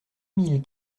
mille